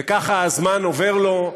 וככה הזמן עובר לו.